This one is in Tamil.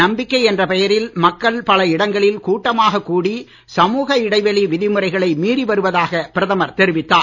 நம்பிக்கை என்ற பெயரில் மக்கள் பல இடங்களில் கூட்டமாக கூடி சமூக இடைவெளி விதிமுறைகளை மீறி வருவதாக பிரதமர் தெரிவித்தார்